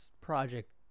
project